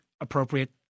appropriate